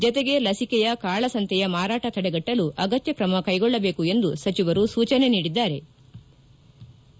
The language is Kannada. ಜತೆಗೆ ಲಸಿಕೆಯ ಕಾಳಸಂತೆಯ ಮಾರಾಟ ತಡೆಗಟ್ಟಲು ಅಗತ್ನಕ್ರಮ ಕ್ಟೆಗೊಳ್ಲದೇಕು ಎಂದು ಸಚಿವರು ಸೂಚನೆ ನೀಡಿದ್ಗಾರೆ